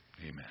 Amen